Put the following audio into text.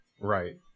Right